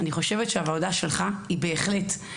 אני חושבת שהוועדה שלך היא בהחלט,